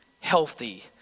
healthy